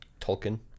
Tolkien